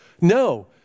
No